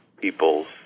people's